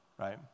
right